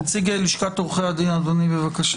נציג לשכת עורכי הדין, בבקשה.